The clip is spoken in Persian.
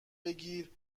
بگیر